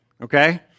okay